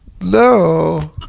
No